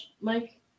Mike